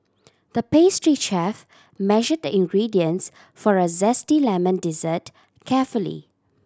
the pastry chef measured the ingredients for a zesty lemon dessert carefully